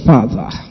Father